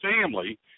family